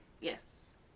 Yes